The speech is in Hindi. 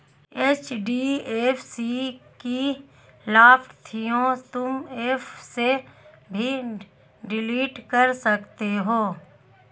एच.डी.एफ.सी की लाभार्थियों तुम एप से भी डिलीट कर सकते हो